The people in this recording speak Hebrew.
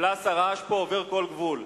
מפלס הרעש פה עובר כל גבול.